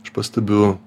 aš pastebiu